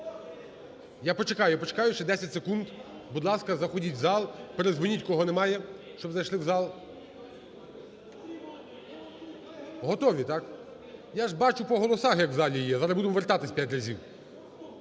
Я почекаю, я почекаю ще 10 секунд. Будь ласка, заходіть в зал, передзвоніть, кого немає, щоб зайшли в зал. Готові, так? Я ж бачу по голосах, як в залі є. Зараз будемо вертатись п'ять разів.